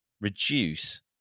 reduce